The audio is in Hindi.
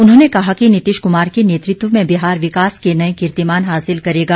उन्होंने कहा कि नीतीश कुमार के नेतृत्व में बिहार विकास के नए र्कीतिमान हासिल करेगा